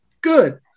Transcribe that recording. Good